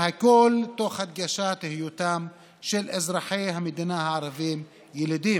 והכול תוך הדגשת היותם של אזרחי המדינה הערבים ילידים".